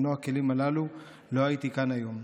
אם לא הכלים הללו לא הייתי כאן היום".